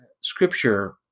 Scripture